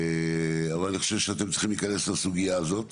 אבל אני חושב שאתם צריכים להיכנס לסוגיה הזאת